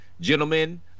Gentlemen